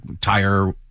tire